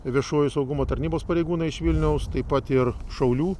viešojo saugumo tarnybos pareigūnai iš vilniaus taip pat ir šaulių